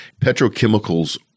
Petrochemicals